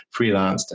freelanced